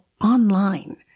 online